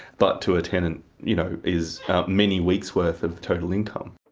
but to a tenant you know is many weeks worth of total income.